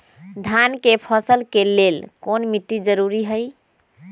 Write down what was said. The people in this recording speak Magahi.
धान के फसल के लेल कौन मिट्टी जरूरी है?